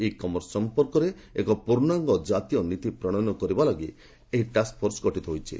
ଇ commerce ସଂପର୍କରେ ଏକ ପୂର୍ଣ୍ଣାଙ୍ଗ ଜାତୀୟ ନୀତି ପ୍ରଣୟନ କରିବାକୁ ଏହି ଟାସ୍କଫୋର୍ସ ଗଠିତ ହୋଇଛି